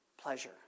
pleasure